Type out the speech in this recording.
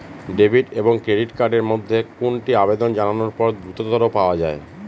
Debit এবং credit card এর মধ্যে কোনটি আবেদন জানানোর পর দ্রুততর পাওয়া য়ায়?